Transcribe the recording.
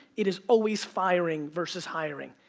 it is always firing versus hiring.